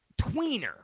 tweener